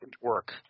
work